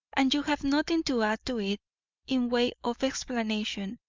and you have nothing to add to it in way of explanation,